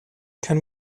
can